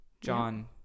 John